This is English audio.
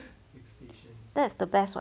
that's the best [what]